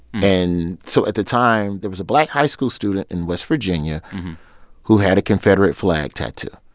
and so at the time, there was a black high school student in west virginia who had a confederate flag tattoo